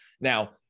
Now